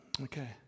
Okay